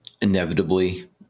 inevitably